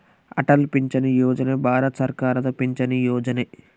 ಅಟಲ್ ಪಿಂಚಣಿ ಯೋಜನೆ ಭಾರತ ಸರ್ಕಾರದ ಪಿಂಚಣಿ ಯೊಜನೆ